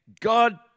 God